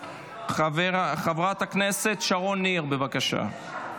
חברת הכנסת שרון ניר, בבקשה.